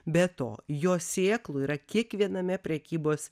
be to jo sėklų yra kiekviename prekybos